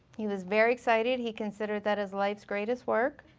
he was very excited, he considered that his life's greatest work.